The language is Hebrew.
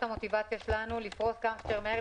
המוטיבציה שלנו היא לפרוס כמה שיותר מהר,